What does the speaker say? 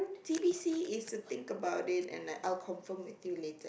T_B_C is to think about it and I'll confirm with you later